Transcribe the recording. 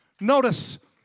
Notice